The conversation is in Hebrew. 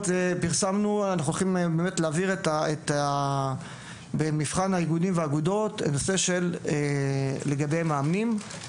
אנחנו באמת הולכים להעביר במבחן האיגודים והאגודות נושא של לגדל מאמנים.